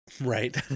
Right